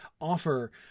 offer